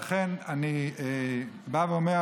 לכן אני בא ואומר,